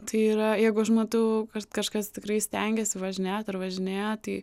tai yra jeigu aš matau kad kažkas tikrai stengėsi važinėja dar važinėja tai